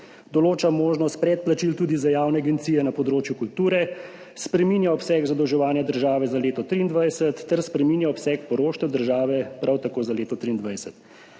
določa možnost predplačil tudi za javne agencije na področju kulture, spreminja obseg zadolževanja države za leto 2023 ter spreminja obseg poroštev države, prav tako za leto 2023.